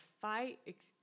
fight